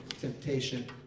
temptation